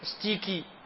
Sticky